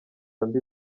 andi